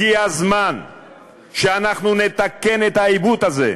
הגיע הזמן שאנחנו נתקן את העיוות הזה.